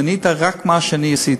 מנית רק מה שאני עשיתי.